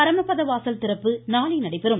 பரமபத வாசல் திறப்பு நாளை நடைபெறும்